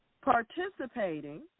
participating